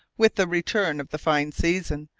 with the return of the fine season,